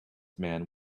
man